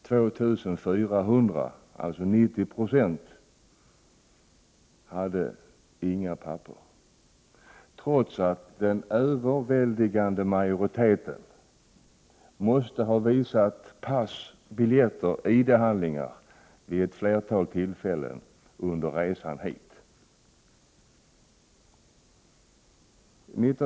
2 400, dvs. 90 26, av dem hade inga dokument, trots att den överväldigande majoriteten av dem måste ha visat pass, biljett och identitetshandlingar vid ett flertal tillfällen under resan till Sverige.